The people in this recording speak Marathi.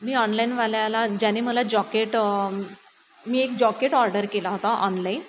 मी ऑनलाइनवाल्याला ज्याने मला जॉकेट मी एक जॉकेट ऑर्डर केला होता ऑनलाईन